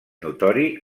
notori